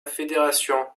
fédération